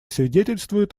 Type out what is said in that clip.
свидетельствует